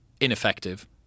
ineffective